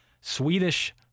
Swedish